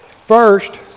First